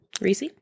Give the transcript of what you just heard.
Reese